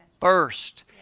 First